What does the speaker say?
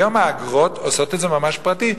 היום האגרות עושות את זה ממש פרטי.